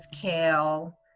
kale